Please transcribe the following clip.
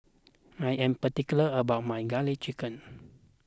I am particular about my Garlic Chicken